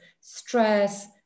stress